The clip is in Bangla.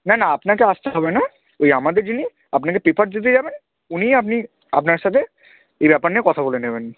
না না আপনাকে আসতে হবে না ওই আমাদের যিনি আপনাকে পেপার দিতে যাবেন উনিই আপনি আপনার সাথে এ ব্যাপার নিয়ে কথা বলে নেবেন